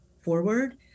forward